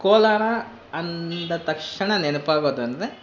ಕೋಲಾರ ಅಂದ ತಕ್ಷಣ ನೆನಪಾಗೋದಂದರೆ